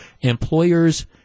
employers